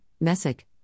Messick